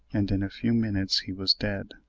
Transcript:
and in a few minutes he was dead.